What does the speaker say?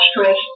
stress